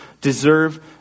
deserve